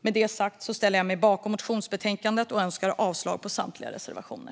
Med det sagt ställer jag mig bakom förslaget i motionsbetänkandet och önskar avslag på samtliga reservationer.